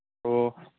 ꯑꯣ